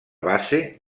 base